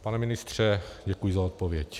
Pane ministře, děkuji za odpověď.